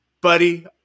buddy